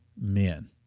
men